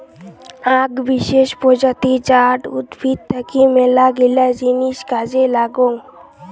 আক বিশেষ প্রজাতি জাট উদ্ভিদ থাকি মেলাগিলা জিনিস কাজে লাগং